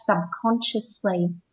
subconsciously